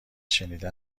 شنیدن